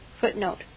Footnote